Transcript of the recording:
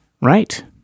right